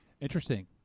Interesting